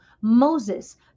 Moses